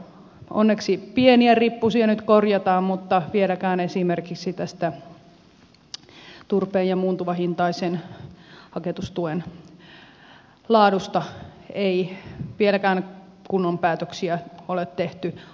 onneksi pieniä rippusia nyt korjataan mutta vieläkään esimerkiksi tästä turpeen ja muuttuvahintaisen haketustuen laadusta ei kunnon päätöksiä ole tehty